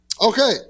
Okay